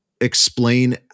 explain